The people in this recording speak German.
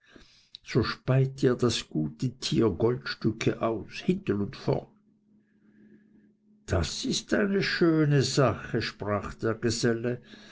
so speit dir das gute tier goldstücke aus hinten und vorn das ist eine schöne sache sprach der geselle